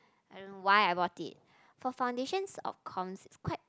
I don't know why I bought it for foundations of comms it's quite